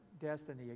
destiny